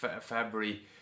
February